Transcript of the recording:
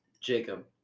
jacob